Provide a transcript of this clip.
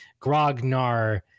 Grognar